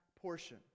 portion